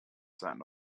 sein